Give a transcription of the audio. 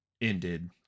ended